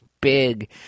big